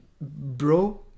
bro